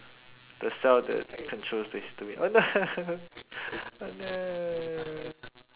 the cell that controls the histamine oh no oh no